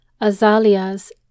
azaleas